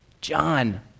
John